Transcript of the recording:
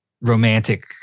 romantic